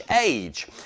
age